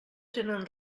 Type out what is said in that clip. tenen